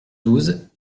douze